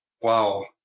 Wow